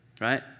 right